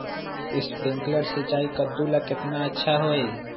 Sprinkler सिंचाई कददु ला केतना अच्छा होई?